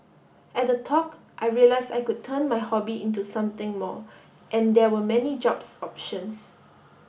at the talk I realised I could turn my hobby into something more and there were many jobs options